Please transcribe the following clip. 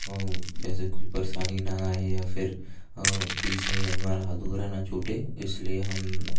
जैसे कोई परेशानी न आए या फ़िर बीच में अधूरा ना छूटे इसलिए हम